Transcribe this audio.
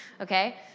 okay